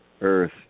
Earth